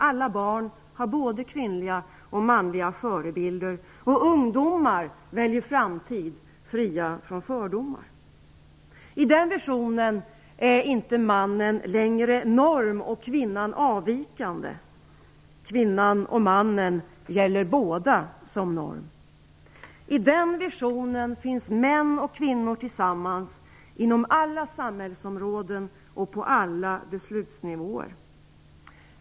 Alla barn har både kvinnliga och manliga förebilder, och ungdomar väljer framtid fria från fördomar. I visionen är inte mannen längre norm och kvinnan avvikande. Kvinnan och mannen gäller båda som norm. I den visionen finns män och kvinnor tillsammans inom alla samhällsområden och på alla beslutsnivåer.